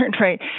right